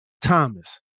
Thomas